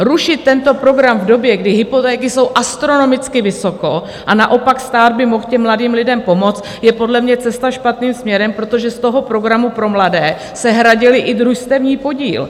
Rušit tento program v době, kdy hypotéky jsou astronomicky vysoko, a naopak stát by mohl mladým lidem pomoct, je podle mě cesta špatným směrem, protože z toho programu pro mladé se hradil i družstevní podíl.